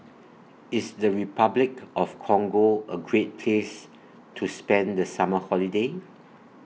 IS The Repuclic of Congo A Great Place to spend The Summer Holiday